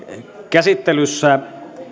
käsittelyssä